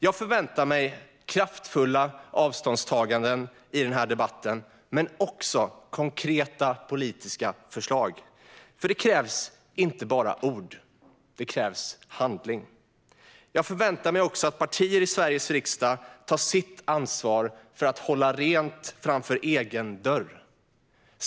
Jag förväntar mig kraftfulla avståndstaganden i den här debatten men också konkreta politiska förslag. Det krävs nämligen inte bara ord. Det krävs handling. Jag förväntar mig också att partier i Sveriges riksdag tar sitt ansvar för att hålla rent framför egen dörr.